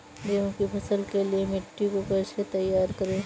गेहूँ की फसल के लिए मिट्टी को कैसे तैयार करें?